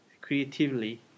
creatively